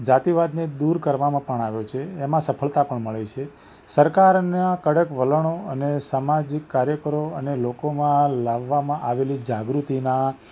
જાતિવાદને દૂર કરવામાં પણ આવ્યો છે એમાં સફળતા પણ મળે છે સરકારના કડક વલણો અને સામાજિક કાર્યકરો અને લોકોમાં લાવવામાં આવેલી જાગૃતિના